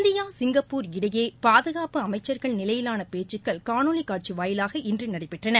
India Singapore இடையே பாதுகாப்பு அமைச்சர்கள் நிலையிலான பேச்சுகள் காணொலி காட்சி வாயிலாக இன்று நடைபெற்றன